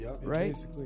Right